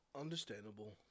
Understandable